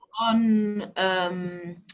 on